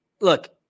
look